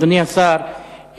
אדוני השר,